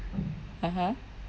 (uh huh)